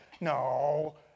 no